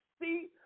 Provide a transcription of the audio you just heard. see